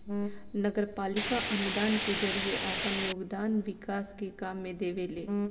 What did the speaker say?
नगरपालिका अनुदान के जरिए आपन योगदान विकास के काम में देवेले